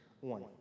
one